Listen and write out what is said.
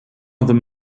other